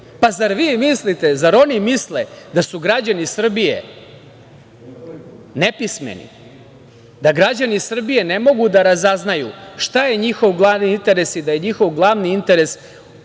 tog istog tajkuna. Zar oni misle da su građani Srbije nepismeni, da građani Srbije ne mogu da razaznaju šta je njihov glavni interes i da je njihov glavni interes